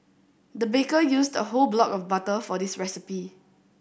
the baker used a whole block of butter for this recipe